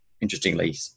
interestingly